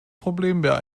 problembär